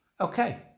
Okay